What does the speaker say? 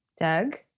Doug